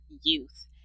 youth